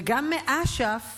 וגם מאש"ף